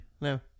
no